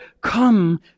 Come